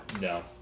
No